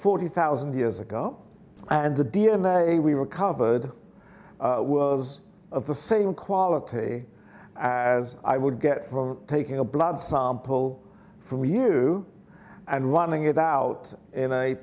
forty thousand years ago and the d n a we recovered was of the same quality as i would get from taking a blood sample from you and running it out in a